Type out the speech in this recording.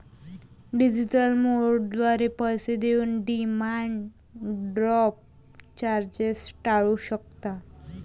digital मोडद्वारे पैसे देऊन डिमांड ड्राफ्ट चार्जेस टाळू शकता